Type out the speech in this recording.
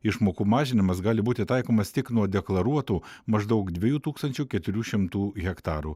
išmokų mažinimas gali būti taikomas tik nuo deklaruotų maždaug dviejų tūkstančių keturių šimtų hektarų